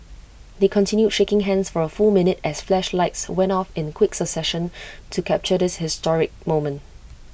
they continued shaking hands for A full minute as flashlights went off in quick succession to capture this historic moment